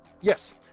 Yes